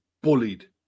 bullied